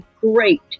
great